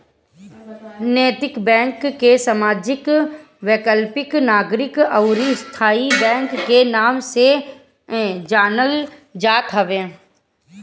नैतिक बैंक के सामाजिक, वैकल्पिक, नागरिक अउरी स्थाई बैंक के नाम से जानल जात हवे